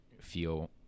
feel